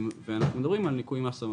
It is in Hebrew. אנחנו מדברים על ניכוי מס במקור.